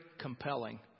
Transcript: compelling